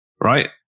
right